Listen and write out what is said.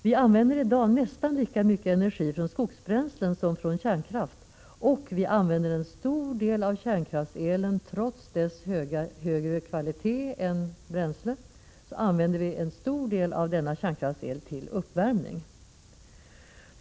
Vi använder i dag nästan lika mycket energi från skogsbränslen som från kärnkraft, och vi använder en stor del av kärnkraftselen, trots dess högre kvalitet jämfört med energi från skogsbränslen, till uppvärmning.